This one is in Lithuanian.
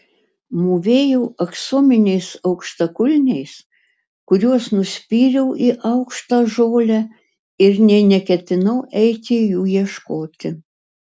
mūvėjau aksominiais aukštakulniais kuriuos nuspyriau į aukštą žolę ir nė neketinau eiti jų ieškoti